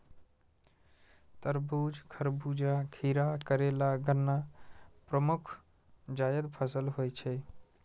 तरबूज, खरबूजा, खीरा, करेला, गन्ना प्रमुख जायद फसल होइ छै